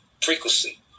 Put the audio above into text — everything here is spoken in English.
frequency